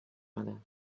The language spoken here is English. other